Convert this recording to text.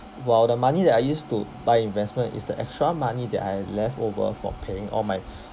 while the money that I use to buy investment is the extra money that I leftover for paying all my